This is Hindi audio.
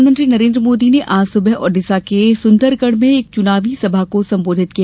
प्रधानमंत्री नरेंद्र मोदी ने आज सुवह ओडिसा के सुंदरगढ़ में एक चुनावी सभा को सम्बोधित किया